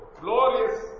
glorious